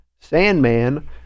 Sandman